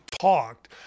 talked